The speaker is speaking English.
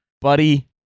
buddy